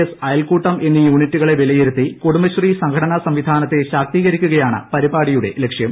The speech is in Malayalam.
എസ് അയൽക്കൂട്ടം എന്നീ യൂണിറ്റുകളെ വിലയിരുത്തി കുടുംബശ്രീ സംഘടനാ സംവിധാനത്തെ ശാക്തീകരിക്കുകയാണ് പരിപാടിയുടെ ലക്ഷ്യം